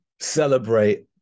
celebrate